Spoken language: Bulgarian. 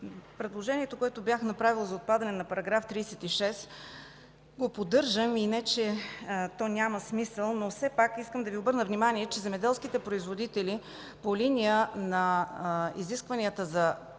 Предложението, което бях направила за падане на § 36, го поддържам. Не че то няма смисъл, но искам да Ви обърна внимание, че земеделските производители по линия на изискването за събиране